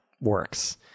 works